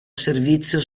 servizio